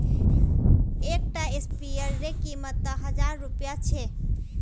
एक टा स्पीयर रे कीमत त हजार रुपया छे